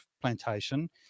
plantation